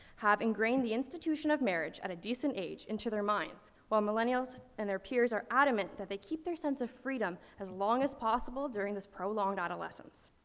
have ingrained the institution of marriage at a decent age into their minds. while millennials and their peers are adamant that they keep their sense of freedom as long as possible during this prolonged adolescence.